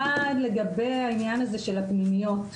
לגבי העניין של הפנימיות.